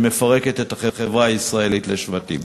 שמפרקת את החברה הישראלית לשבטים.